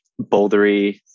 bouldery